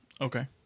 Okay